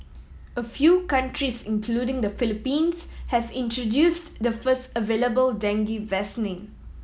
a few countries including the Philippines have introduced the first available dengue vaccine